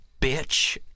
bitch